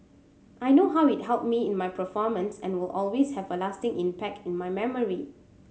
I know how it helped me in my performance and will always have a lasting impact in my memory